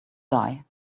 die